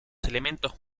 elementos